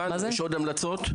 הבנו, יש עוד המלצות?